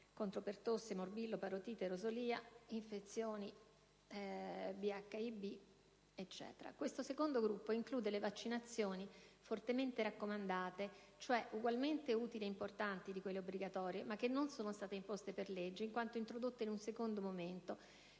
(contro pertosse, morbillo, parotite, rosolia, infezioni da haemophilus influenzae b-Hib). Questo secondo gruppo include le vaccinazioni fortemente raccomandate, cioè ugualmente utili ed importanti rispetto a quelle obbligatorie, ma che non sono state imposte per legge, in quanto introdotte in un secondo momento,